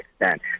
extent